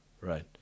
right